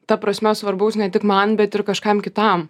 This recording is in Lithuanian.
ta prasme svarbaus ne tik man bet ir kažkam kitam